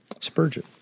Spurgeon